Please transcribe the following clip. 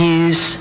use